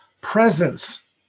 presence